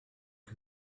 cui